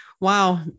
Wow